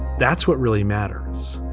that's what really matters.